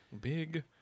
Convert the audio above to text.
Big